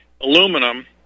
aluminum